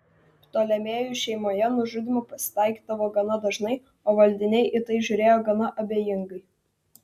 ptolemėjų šeimoje nužudymų pasitaikydavo gana dažnai o valdiniai į tai žiūrėjo gana abejingai